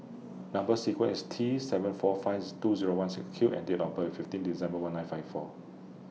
Number sequence IS T seven four fives two Zero one six Q and Date of birth IS fifteen December one nine five four